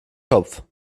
kopf